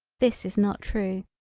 this is not true.